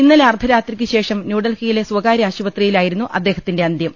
ഇന്നലെ അർദ്ധരാത്രിക്ക് ശേഷം ന്യൂഡൽഹിയിലെ സ്ഥകാര്യ ആശുപത്രിയിലായിരുന്നു അദ്ദേഹത്തിന്റെ അന്ത്യം